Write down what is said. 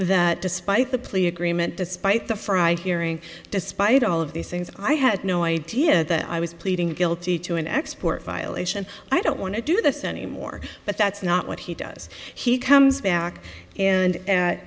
that despite the plea agreement despite the fright hearing despite all of these things i had no idea that i was pleading guilty to an export violation i don't want to do this anymore but that's not what he does he comes back and